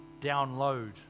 download